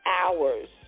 hours